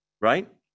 right